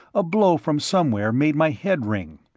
a blow from somewhere made my head ring.